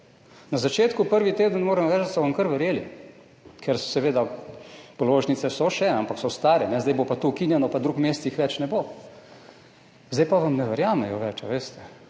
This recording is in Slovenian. Na začetku, prvi teden moram reči, da so vam kar verjeli, ker, seveda, položnice so še, ampak so stare, zdaj bo pa to ukinjeno pa drugi mesec jih več ne bo. Zdaj pa vam ne verjamejo več, veste?